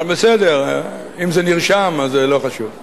בסדר, אם זה נרשם, זה לא חשוב.